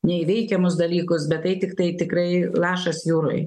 neįveikiamus dalykus bet tai tiktai tikrai lašas jūroj